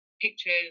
pictures